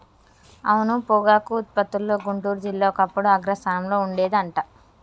అవును పొగాకు ఉత్పత్తిలో గుంటూరు జిల్లా ఒకప్పుడు అగ్రస్థానంలో ఉండేది అంట